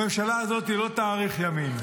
הממשלה הזאת לא תאריך ימים.